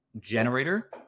generator